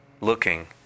looking